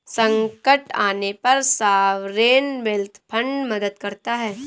संकट आने पर सॉवरेन वेल्थ फंड मदद करता है